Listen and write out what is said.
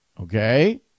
Okay